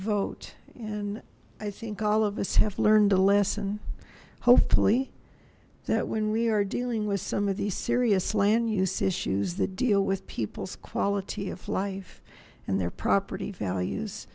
vote and i think all of us have learned a lesson hopefully that when we are dealing with some of these serious land use issues that deal with people's quality of life and their property values